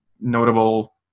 notable